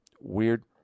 weird